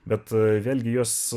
bet vėlgi jos